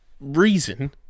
reason